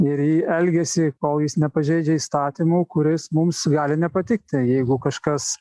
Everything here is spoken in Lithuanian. ir į elgesį kol jis nepažeidžia įstatymų kuris mums gali nepatikti jeigu kažkas